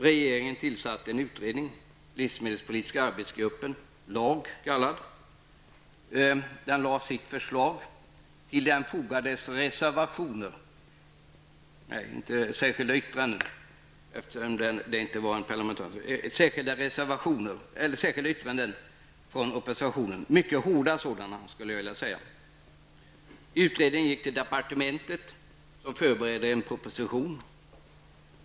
Regeringen tillsatte en utredning, livsmedelspolitiska arbetsgruppen, LAG. Den lade fram ett förslag, och till detta fogades särskilda yttranden -- inte reservationer, eftersom det inte var en parlamentarisk utredning. Dessa särskilda yttranden var mycket hårda. Utredningen gick till departementet, som förberedde en proposition.